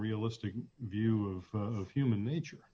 unrealistic view of human nature